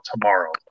tomorrow